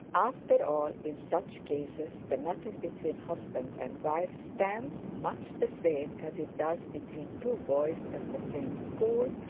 after all, in such cases the matter between husband and wife stands much the same as it does between two boys at the same school,